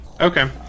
Okay